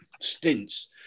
stints